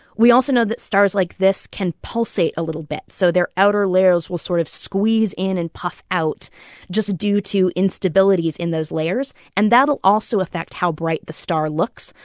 we also know that stars like this can pulsate a little bit. so their outer layers will sort of squeeze in and puff out just due to instabilities in those layers. and that'll also affect how bright the star looks.